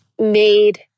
made